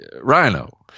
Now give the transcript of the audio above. rhino